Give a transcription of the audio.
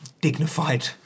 dignified